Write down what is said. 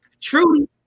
Trudy